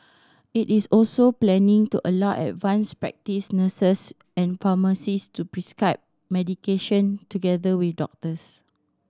it is also planning to allow advanced practice nurses and pharmacist to prescribe medication together with doctors